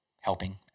helping